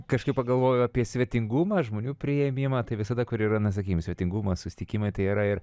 kažkaip pagalvojau apie svetingumą žmonių priėmimą tai visada kur yra na sakykim svetingumas susitikimai tai yra ir